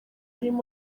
harimo